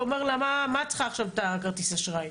שאומר לה מה את צריכה עכשיו את הכרטיס אשראי.